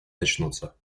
начнутся